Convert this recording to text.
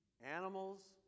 animals